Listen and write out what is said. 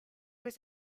was